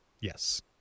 Yes